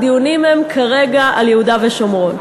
הדיונים הם כרגע על יהודה ושומרון.